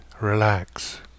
relax